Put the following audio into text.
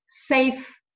safe